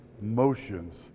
motions